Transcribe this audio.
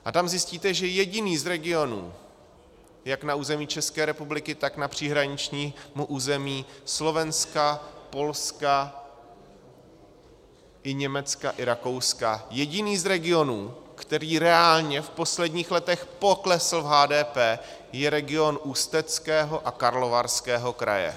A tam zjistíte, že jediný z regionů jak na území České republiky, tak na příhraničním území Slovenska, Polska i Německa i Rakouska, jediný z regionů, který reálně v posledních letech poklesl v HDP, je region Ústeckého a Karlovarského kraje.